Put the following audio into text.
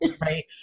right